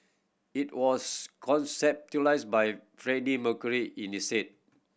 it was conceptualised by Freddie Mercury in is head